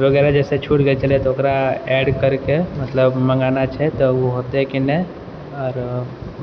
वगैरह जैसे छुटि गेल छलै तऽ ओकरा एड करिके मतलब मङ्गाना छै तऽ उ होतय कि नहि आरो